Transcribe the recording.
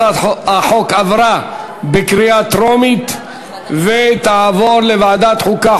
הצעת החוק עברה בקריאה טרומית והיא תעבור לוועדת החוקה,